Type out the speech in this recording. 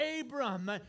Abram